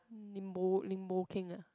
Lim-Bo Lim-Bo-Keng uh